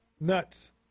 Nuts